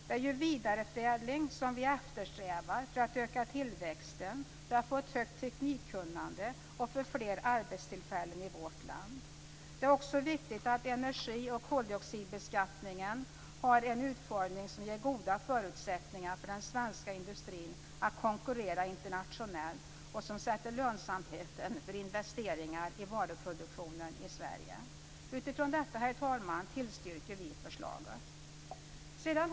Det är ju vidareförädling som vi eftersträvar för att öka tillväxten, för att få ett högt teknikkunnande och fler arbetstillfällen i vårt land. Det är också viktigt att energi och koldioxidbeskattningen har en utformning som ger goda förutsättningar för den svenska industrin att konkurrera internationellt och som säkrar lönsamheten för investeringar i varuproduktionen i Sverige. Utifrån detta, herr talman, tillstyrker vi förslaget.